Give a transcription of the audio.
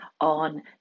on